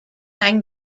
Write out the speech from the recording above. einen